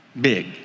Big